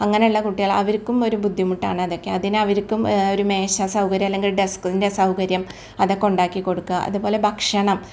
അങ്ങനെയുള്ള കുട്ടികൾ അവർക്കും ഒരു ബുദ്ധിമുട്ടാണ് അതൊക്കെ അതിന് അവർക്കും ഒരു മേശ സൗകര്യം അല്ലെങ്കിൽ ഡെസ്കിൻ്റെ സൗകര്യം അതൊക്കെ ഉണ്ടാക്കി കൊടുക്കുക അതുപോലെ ഭക്ഷണം